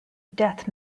death